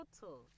total